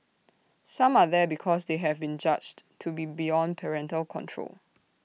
some are there because they have been judged to be beyond parental control